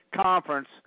conference